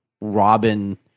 Robin